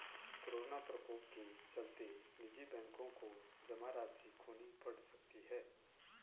corona प्रकोप के चलते निजी बैंकों को जमा राशि खोनी पढ़ सकती है